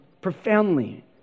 profoundly